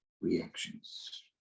reactions